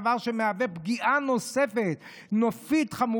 דבר שמהווה פגיעה נופית נוספת חמורה